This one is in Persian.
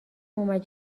اومد